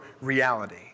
reality